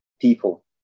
people